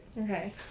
Okay